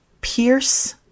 pierce